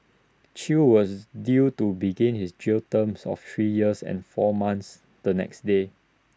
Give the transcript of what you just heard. chew was due to begin his jail term of three years and four months the next day